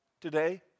today